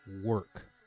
work